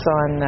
on